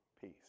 Peace